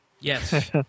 Yes